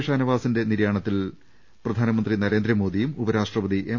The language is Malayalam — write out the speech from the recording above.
ഷാനവാസിന്റെ നിര്യാണത്തിൽ പ്രധാനമന്ത്രി നരേന്ദ്ര മോദിയും ഉപരാഷ്ട്രപതി എം